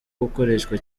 gukoreshwa